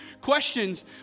questions